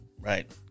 Right